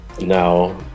now